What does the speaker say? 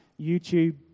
YouTube